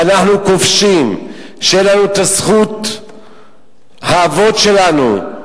שאנחנו כובשים, שאין לנו זכות האבות שלנו,